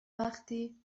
وقتی